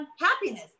happiness